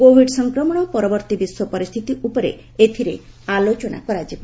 Covid ସଂକ୍ରମଣ ପରବର୍ତ୍ତି ବିଶ୍ୱ ପରିସ୍ଥିତି ଉପରେ ଏଥିରେ ଆଲୋଚନା ହେବ